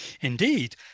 Indeed